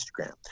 Instagram